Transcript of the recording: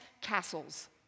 castles